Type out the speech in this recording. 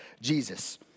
Jesus